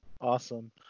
Awesome